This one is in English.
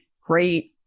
great